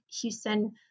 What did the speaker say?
Houston